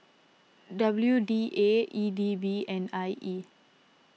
W D A E D B and I E